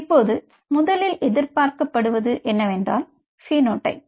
இப்போது முதலில் எதிர்பார்க்கப்படுவது என்னவென்றால் பினோடைப்பைப்